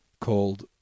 called